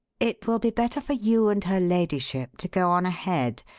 it will be better for you and her ladyship to go on ahead,